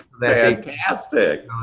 fantastic